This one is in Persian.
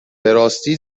راستی